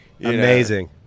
Amazing